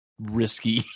risky